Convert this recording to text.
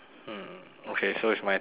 okay so it's my turn ah